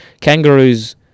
Kangaroos